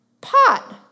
pot